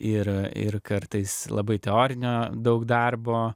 yra ir kartais labai teorinio daug darbo